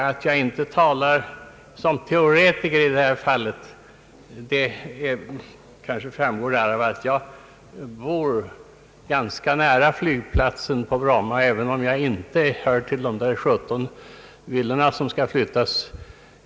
Att jag inte talar som teoretiker i det här fallet framgår väl av att jag bor ganska nära flygplatsen på Bromma, även om jag inte bor i någon av de 17 villor som skall flyttas.